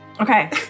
Okay